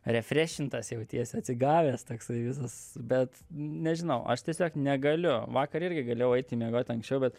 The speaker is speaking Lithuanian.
refrešintas jautiesi atsigavęs toksai visas bet nežinau aš tiesiog negaliu vakar irgi galėjau eiti miegot anksčiau bet